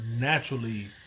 naturally